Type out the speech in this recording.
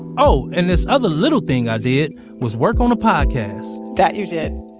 oh! and this other little thing i did was work on a podcast that you did.